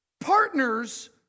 partners